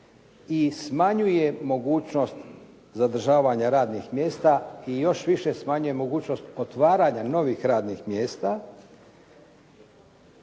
i smanjuje mogućnost zadržavanja radnih mjesta i još više smanjuje mogućnost otvaranja novih radnih mjesta.